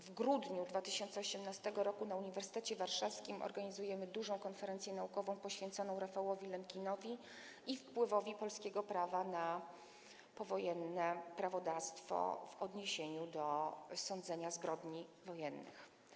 W grudniu 2018 r. na Uniwersytecie Warszawskim organizujemy dużą konferencję naukową poświęconą Rafałowi Lemkinowi i wpływowi polskiego prawa na powojenne prawodawstwo w odniesieniu do sądzenia zbrodni wojennych.